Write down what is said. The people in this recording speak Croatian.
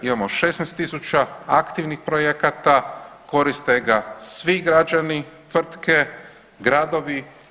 Imamo 16.000 aktivnih projekata, koriste ga svi građani, tvrtke, gradovi.